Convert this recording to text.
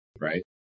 Right